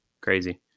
crazy